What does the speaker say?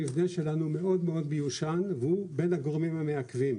המבנה שלנו מאוד מאוד מיושן והוא בין הגורמים המעכבים.